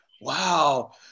wow